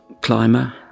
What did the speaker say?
climber